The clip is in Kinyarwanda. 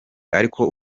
ariko